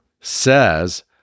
says